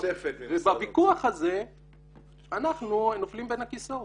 ובויכוח הזה אנחנו נופלים בין הכיסאות.